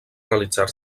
realitzar